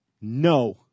no